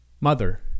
mother